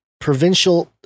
provincial